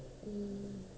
mm